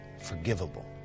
forgivable